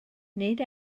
nid